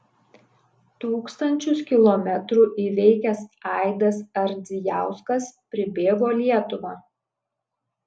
tūkstančius kilometrų įveikęs aidas ardzijauskas pribėgo lietuvą